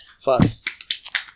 First